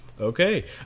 okay